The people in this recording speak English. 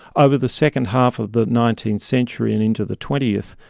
ah over the second half of the nineteenth century and into the twentieth,